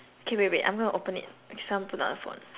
K wait wait I'm gonna open it so I'll put down the phone